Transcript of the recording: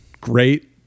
great